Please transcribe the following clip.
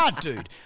dude